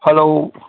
hello